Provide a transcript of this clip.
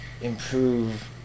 improve